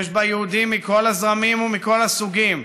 יש בה יהודים מכל הזרמים ומכל הסוגים,